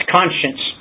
conscience